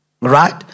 right